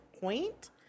point